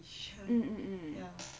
mm